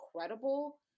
incredible